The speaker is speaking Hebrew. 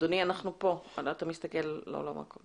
ראש רשות ניקוז גליל מערבי.